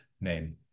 name